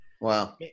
Wow